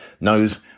knows